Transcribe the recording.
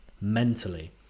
mentally